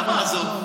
למה עזוב?